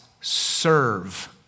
serve